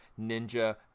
ninja